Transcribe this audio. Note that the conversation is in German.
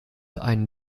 einen